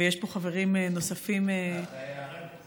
ויש פה חברים נוספים, זה היה הרמז.